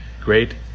great